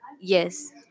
Yes